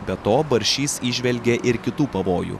be to baršys įžvelgia ir kitų pavojų